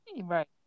Right